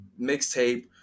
Mixtape